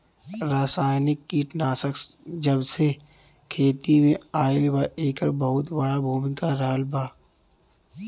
रासायनिक कीटनाशक जबसे खेती में आईल बा येकर बहुत बड़ा भूमिका रहलबा